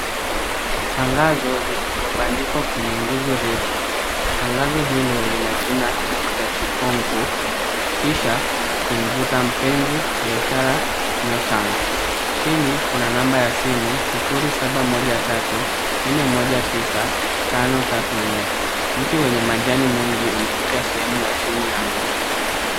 Tangazo lililobandikwa kwenye nguzo refu, tangazo hilo lina jina Dr .Chikonko kisha kimvuta mpenzi, biashara nyota chini, kuna namba ya simu 0713419534 mti wenye majani mengi umepita sehemu ya chini ya nguzo.